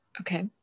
Okay